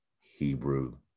hebrew